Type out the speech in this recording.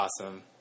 Awesome